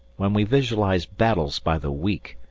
when we visualized battles by the week.